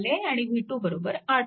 आणि येथे v2 8V